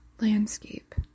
landscape